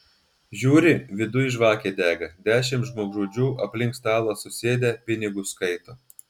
žiūri viduj žvakė dega dešimt žmogžudžių aplink stalą susėdę pinigus skaito